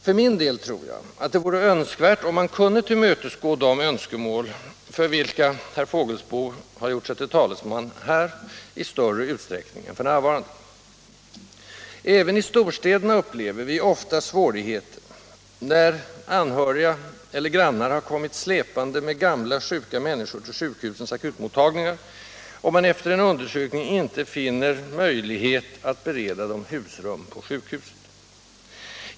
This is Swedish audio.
För min del tror jag att det vore önskvärt om man kunde tillmötesgå de önskemål, för vilka herr Fågelsbo gjort sig till talesman här, i större utsträckning än f.n. Även i storstäderna upplever vi ofta svårigheter när anhöriga eller grannar har kommit släpande med gamla sjuka människor till sjukhusens akutmottagningar och man efter en undersökning inte finner möjlighet att bereda dem husrum på sjukhuset.